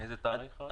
מאיזה תאריך?